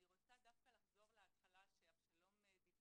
אני רוצה דווקא לחזור להתחלה, שאבשלום דיבר.